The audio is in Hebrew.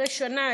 אחרי שנה,